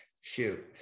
shoot